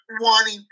wanting